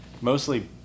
mostly